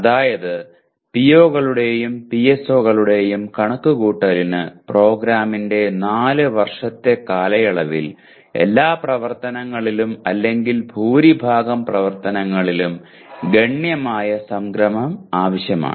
അതായത് PO കളുടെയും PSO കളുടെയും കണക്കുകൂട്ടലിന് പ്രോഗ്രാമിന്റെ 4 വർഷത്തെ കാലയളവിൽ എല്ലാ പ്രവർത്തനങ്ങളിലും അല്ലെങ്കിൽ ഭൂരിഭാഗം പ്രവർത്തനങ്ങളിലും ഗണ്യമായ സംഗ്രഹം ആവശ്യമാണ്